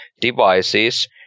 devices